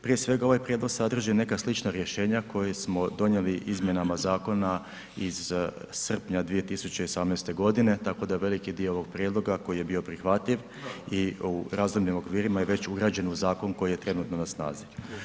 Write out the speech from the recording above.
Prije svega ovaj prijedlog sadrži neka slična rješenja koje smo donijeli izmjenama zakona iz srpnja 2018. godine tako da veliki dio ovog prijedloga koji je bio prihvatljiv i u razumnim okvirima je već ugrađen u zakon koji je trenutno na snazi.